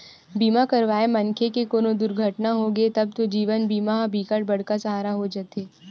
बीमा करवाए मनखे के कोनो दुरघटना होगे तब तो जीवन बीमा ह बिकट बड़का सहारा हो जाते